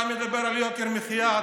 אתה מדבר על יוקר המחיה,